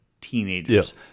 teenagers